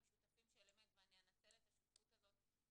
שותפים של אמת ואני אנצל את השותפות הזאת.